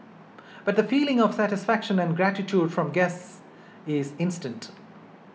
but feeling of satisfaction and gratitude from guests is instant